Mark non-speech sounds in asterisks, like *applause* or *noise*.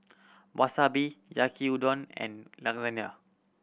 Wasabi Yaki Udon and *unintelligible*